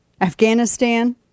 Afghanistan